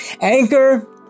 Anchor